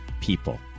people